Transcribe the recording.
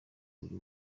buri